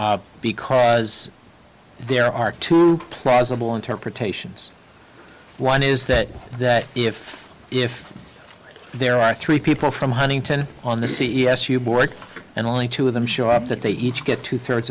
because there are two plausible interpretations one is that if if there are three people from huntington on the c s u board and only two of them show up that they each get two thirds